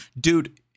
Dude